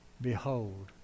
behold